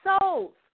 souls